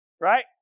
right